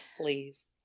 please